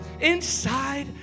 Inside